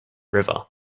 river